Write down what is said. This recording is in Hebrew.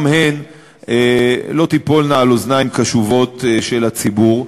גם היא לא תיפול על אוזניים קשובות של הציבור,